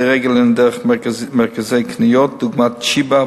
רגל הינה דרך מרכזי קניות דוגמת "שיבא",